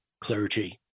clergy